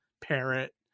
parrot